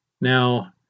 Now